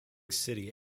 city